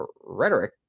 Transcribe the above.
rhetoric